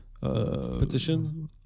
Petition